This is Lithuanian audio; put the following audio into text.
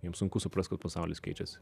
jiem sunku suprast kad pasaulis keičiasi